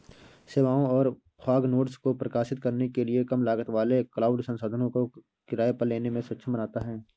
सेवाओं और fog nodes को प्रकाशित करने के लिए कम लागत वाले क्लाउड संसाधनों को किराए पर लेने में सक्षम बनाता है